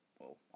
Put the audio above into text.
Well